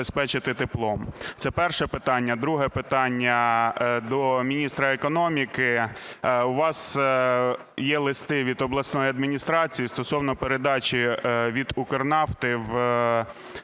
Це перше питання. Друге питання до міністра економіки. У вас є листи від обласної адміністрації стосовно передачі від Укрнафти до обласної